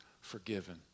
forgiven